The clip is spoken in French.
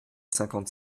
cinquante